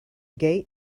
gate